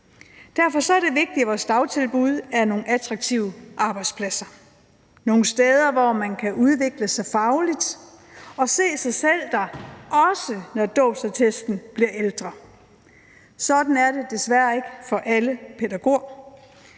Derfor er det vigtigt, at vores dagtilbud er nogle attraktive arbejdspladser – nogle steder, hvor man kan udvikle sig fagligt og se sig selv være, også når dåbsattesten bliver ældre. Sådan er det desværre ikke for alle pædagoger.